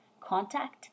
contact